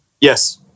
yes